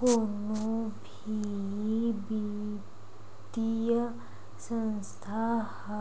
कोनो भी बित्तीय संस्था ह